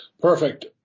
Perfect